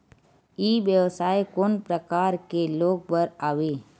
ई व्यवसाय कोन प्रकार के लोग बर आवे?